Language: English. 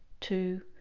two